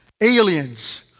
Aliens